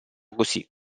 così